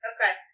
Okay